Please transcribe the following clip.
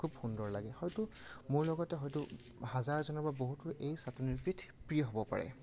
খুব সুন্দৰ লাগে হয়তো মোৰ লগতে হয়তো হাজাৰজনে বা বহুতো এই চাটনিবিধ প্ৰিয় হ'ব পাৰে